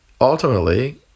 ultimately